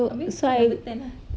abeh kau number ten ah